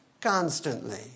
constantly